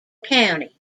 county